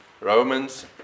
Romans